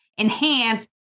enhance